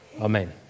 amen